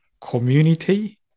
community